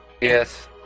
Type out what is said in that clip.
Yes